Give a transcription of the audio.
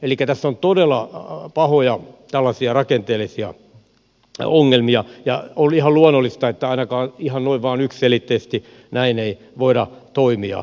elikkä tässä on tällaisia todella pahoja rakenteellisia ongelmia ja on ihan luonnollista että ainakaan ihan noin vain yksiselitteisesti näin ei voida toimia